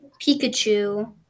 Pikachu